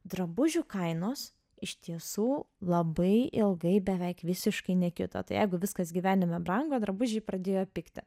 drabužių kainos iš tiesų labai ilgai beveik visiškai nekito tai jeigu viskas gyvenime brango drabužiai pradėjo pigti